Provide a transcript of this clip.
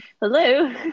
hello